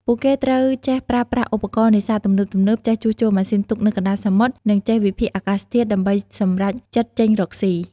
ពួកគេត្រូវចេះប្រើប្រាស់ឧបករណ៍នេសាទទំនើបៗ ចេះជួសជុលម៉ាស៊ីនទូកនៅកណ្ដាលសមុទ្រ និងចេះវិភាគអាកាសធាតុដើម្បីសម្រេចចិត្តចេញរកស៊ី។